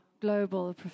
global